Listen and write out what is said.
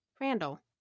Randall